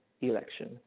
election